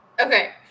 Okay